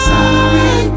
Sorry